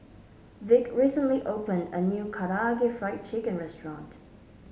Vick recently opened a new Karaage Fried Chicken Restaurant